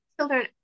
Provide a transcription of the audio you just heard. children